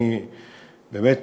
אני באמת